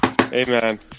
Amen